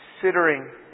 considering